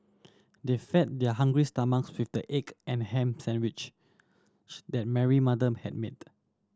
they fed their hungry stomach with the egg and ham sandwiches that Mary mother had made